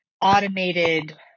automated